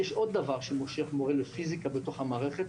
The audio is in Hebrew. יש עוד דבר שמושך מורה לפיזיקה לתוך המערכת,